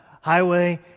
highway